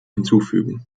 hinzufügen